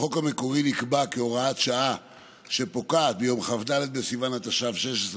החוק המקורי נקבע כהוראת שעה שפוקעת ביום כ"ד בסיוון התשע"ו,